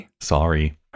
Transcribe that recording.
Sorry